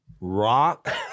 rock